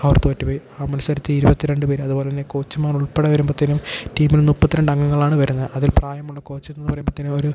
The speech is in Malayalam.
അവർ തോറ്റുപോയി ആ മത്സരത്തിൽ ഇരുപത്തി രണ്ട് പേര് അതുപോലെ തന്നെ കോച്ച്മാരുൾപ്പെടെ വരുമ്പോഴ്ത്തേനും ടീമിൽ മുപ്പത്തി രണ്ട് അംഗങ്ങളാണ് വരുന്നത് അതിൽ പ്രായമുള്ള കോച്ചെന്ന് പറയുമ്പോഴ്ത്തേനും ഒരു